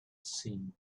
seen